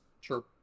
Sure